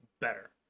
better